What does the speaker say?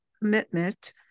commitment